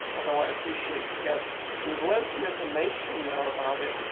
although i appreciate the guests to lend some information that are about it.